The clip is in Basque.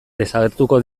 desagertuko